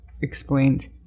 explained